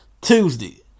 Tuesday